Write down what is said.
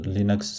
Linux